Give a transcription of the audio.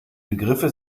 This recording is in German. begriffe